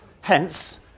Hence